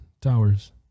towers